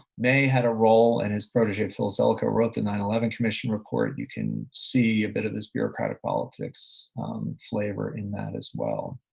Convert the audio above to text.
may had a role and his protege, philip zelikow wrote the nine eleven commission report. you can see a bit of this bureaucratic politics flavor in that as well.